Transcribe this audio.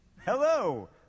Hello